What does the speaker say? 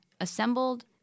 assembled